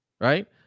Right